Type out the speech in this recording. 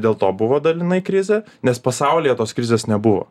dėl to buvo dalinai krizė nes pasaulyje tos krizės nebuvo